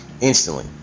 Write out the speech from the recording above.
instantly